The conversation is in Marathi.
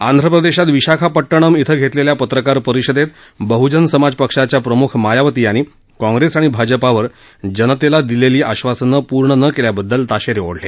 आंध्र प्रदेशात विशाखापट्टणम इथं घेतलेल्या पत्रकार परिषदेत बहुजन समाज पक्षाच्या प्रमुख मायावती यांनी काँग्रेस आणि भाजपावर जनतेला दिलेली आश्वासनं पूर्ण न केल्याबद्दल ताशेरे ओढले